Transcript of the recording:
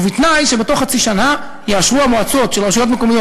ובתנאי שבתוך חצי שנה יאשרו המועצות של רשויות מקומיות